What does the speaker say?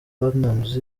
platnumz